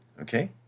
okay